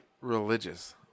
religious